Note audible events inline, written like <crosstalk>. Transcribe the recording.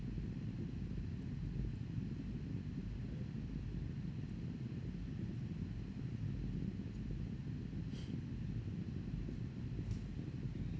mm <breath>